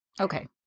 Okay